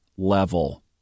Level